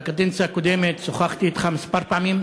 נפגשתי אתך, בקדנציה הקודמת שוחחתי אתך כמה פעמים.